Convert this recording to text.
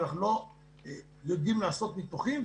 אנחנו לא יודעים לעשות ניתוחים,